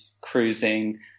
cruising